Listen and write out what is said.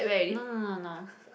no no no no